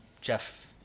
Jeff